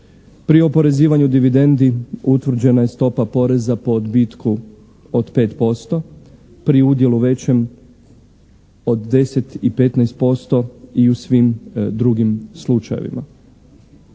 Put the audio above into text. Pri oporezivanju dividendi utvrđena je stopa poreza po odbitku od 5% pri udjelu većem od 10 i 15% i u svim drugim slučajevima.